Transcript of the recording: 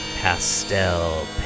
Pastel